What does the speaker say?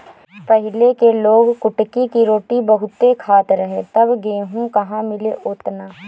पहिले के लोग कुटकी के रोटी बहुते खात रहे तब गेहूं कहां मिले ओतना